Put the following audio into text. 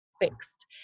fixed